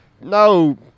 No